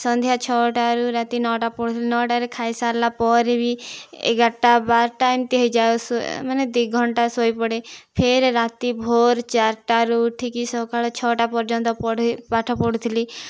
ସନ୍ଧ୍ୟା ଛଅଟାରୁ ରାତି ନଅଟା ନଅଟାରେ ଖାଇ ସାରିଲା ପରେ ବି ଏଗାରଟା ବାରଟା ଏମିତି ହେଇଯାଏ ମାନେ ଦୁଇଘଣ୍ଟା ଶୋଇ ପଡ଼େ ଫେରେ ରାତି ଭୋର ଚାରିଟାରୁ ଉଠିକି ସକାଳ ଛଅଟା ପର୍ଯ୍ୟନ୍ତ ପଢ଼େ ପାଠ ପଢୁଥିଲି